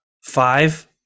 five